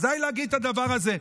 אז די להגיד את הדבר הזה.